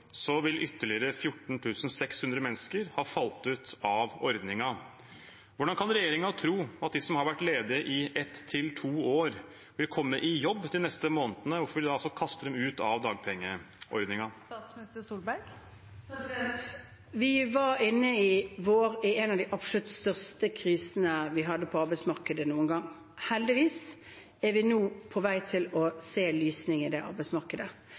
vil ytterligere 14 600 mennesker ha falt ut av ordningen. Hvordan kan regjeringen tro at de som har vært ledige i ett til to år, vil komme i jobb de neste månedene, og hvorfor vil de kaste dem ut av dagpengeordningen? Vi var i vår inne i en av de absolutt største krisene vi har hatt på arbeidsmarkedet noen gang. Heldigvis er vi nå på vei til å se en lysning i det arbeidsmarkedet.